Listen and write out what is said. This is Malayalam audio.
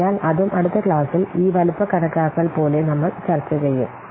അതിനാൽ അതും അടുത്ത ക്ലാസ്സിൽ ഈ വലുപ്പ കണക്കാക്കൽ പോലെ നമ്മൾ ചർച്ച ചെയ്യും